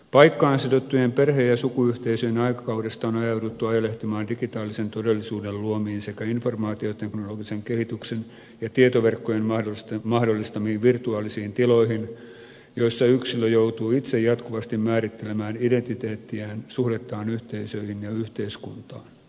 paikkaan sidottujen perhe ja sukuyhteisöjen aikakaudesta on ajauduttu ajelehtimaan digitaalisen todellisuuden luomiin sekä informaatioteknologisen kehityksen ja tietoverkkojen mahdollistamiin virtuaalisiin tiloihin joissa yksilö joutuu itse jatkuvasti määrittelemään identiteettiään suhdettaan yhteisöihin ja yhteiskuntaan